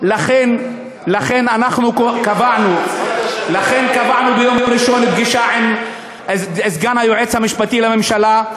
לכן קבענו ביום ראשון פגישה עם סגן היועץ המשפטי לממשלה.